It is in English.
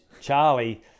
Charlie